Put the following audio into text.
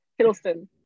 hiddleston